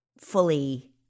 fully